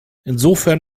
insofern